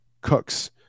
Cooks